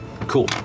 Cool